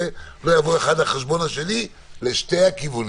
לא יבוא אחד על חשבון השני לשני הכיוונים.